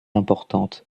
importante